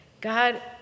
God